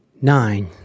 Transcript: nine